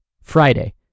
Friday